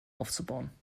aufzubauen